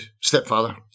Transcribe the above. stepfather